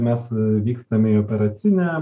mes vykstame į operacinę